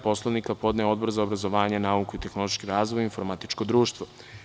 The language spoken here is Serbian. Poslovnika, podneo Odbor za obrazovanje, nauku, tehnološki razvoj i informatičko društvo.